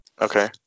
Okay